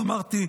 ואמרתי,